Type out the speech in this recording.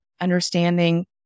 understanding